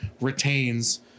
retains